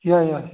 ꯌꯥꯏ ꯌꯥꯏ